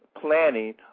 planning